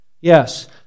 Yes